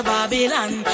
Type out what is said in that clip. Babylon